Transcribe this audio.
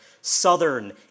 southern